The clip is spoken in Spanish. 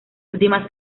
últimas